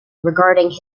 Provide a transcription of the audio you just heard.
regarding